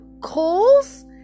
Coals